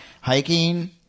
hiking